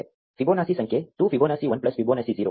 Fibonacci ಸಂಖ್ಯೆ 2 Fibonacci 1 plus Fibonacci 0